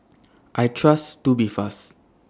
I Trust Tubifast